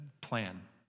plan